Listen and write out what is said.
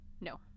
No